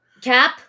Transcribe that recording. Cap